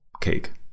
cake